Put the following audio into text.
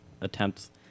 attempts